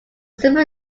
single